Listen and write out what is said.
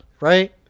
right